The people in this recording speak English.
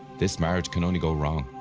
this marriage can only go wrong.